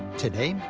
today,